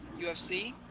UFC